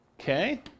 Okay